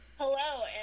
Hello